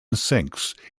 sinks